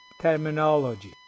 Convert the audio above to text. terminology